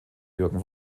jürgen